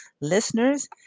listeners